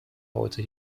heute